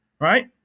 right